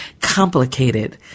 complicated